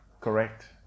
Correct